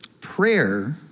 prayer